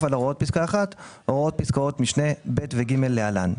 על הוראות פסקה (1) הוראות פסקאות משנה (ב) ו-(ג) להלן".